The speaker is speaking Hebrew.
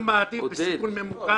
אני מעדיף בסיכול ממוקד.